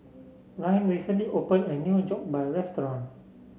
Ryne recently opened a new Jokbal restaurant